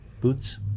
boots